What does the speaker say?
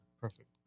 Perfect